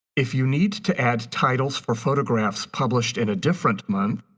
if you need to add titles for photographs published in a different month,